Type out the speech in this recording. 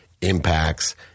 impacts